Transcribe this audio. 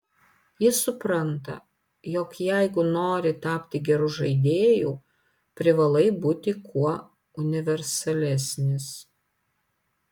jis supranta jog jeigu nori tapti geru žaidėju privalai būti kuo universalesnis